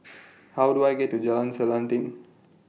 How Do I get to Jalan Selanting